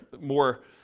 more